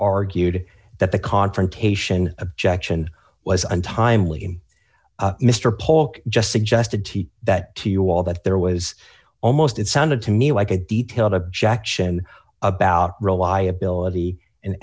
argued that the confrontation objection was untimely mr polk just suggested that to you all that there was almost it sounded to me like a detailed objection about reliability and